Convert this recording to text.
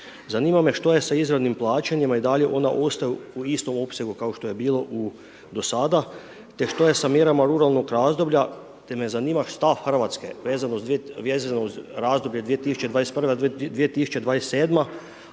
zanima me što je sa izravnim plaćanjima i da li ona ostaju u istom opsegu kao što je bilo u, do sada, te što je sa mjerama ruralnog razvoja, te me zanima stav Hrvatske vezano uz razdoblje 2021.-2027.,